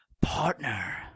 partner